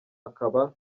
akaba